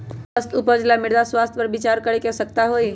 स्वस्थ उपज ला मृदा स्वास्थ्य पर विचार करे के आवश्यकता हई